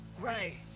right